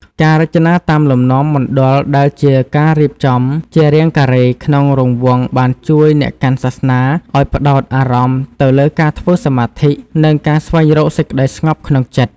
ការរចនាតាមលំនាំមណ្ឌលដែលជាការរៀបចំជារាងការ៉េក្នុងរង្វង់បានជួយអ្នកកាន់សាសនាឲ្យផ្តោតអារម្មណ៍ទៅលើការធ្វើសមាធិនិងការស្វែងរកសេចក្តីស្ងប់ក្នុងចិត្ត។